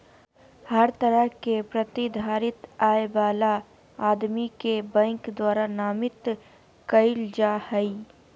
हर तरह के प्रतिधारित आय वाला आदमी के बैंक द्वारा नामित कईल जा हइ